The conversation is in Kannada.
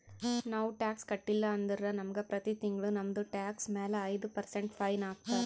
ನಾವು ಟ್ಯಾಕ್ಸ್ ಕಟ್ಟಿಲ್ಲ ಅಂದುರ್ ನಮುಗ ಪ್ರತಿ ತಿಂಗುಳ ನಮ್ದು ಟ್ಯಾಕ್ಸ್ ಮ್ಯಾಲ ಐಯ್ದ ಪರ್ಸೆಂಟ್ ಫೈನ್ ಹಾಕ್ತಾರ್